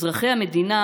אזרחי המדינה